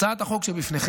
הצעת החוק שלפניכם,